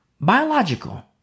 biological